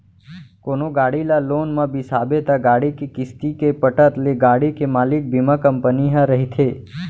कोनो गाड़ी ल लोन म बिसाबे त गाड़ी के किस्ती के पटत ले गाड़ी के मालिक बीमा कंपनी ह रहिथे